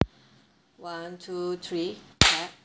one two three clap